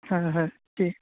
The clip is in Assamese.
হয় হয় ঠিক